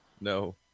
No